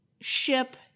ship